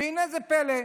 והינה זה פלא,